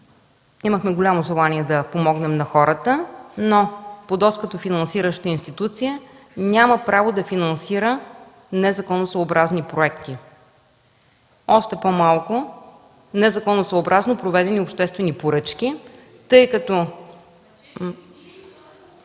Имахме голямо желание да помогнем на хората, но ПУДООС като финансираща институция няма право да финансира незаконосъобразни проекти, още по-малко незаконосъобразно проведени обществени поръчки.